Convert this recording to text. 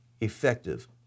effective